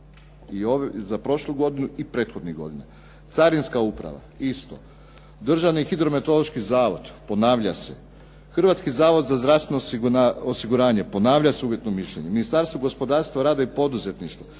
za prošlu godinu i prethodnih godina, Carinska uprava isto, Državni hidrometeorološki zavod ponavlja se, Hrvatski zavod za zdravstveno osiguranje ponavlja se uvjetno mišljenje, Ministarstvo gospodarstva, rada i poduzetništva,